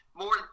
more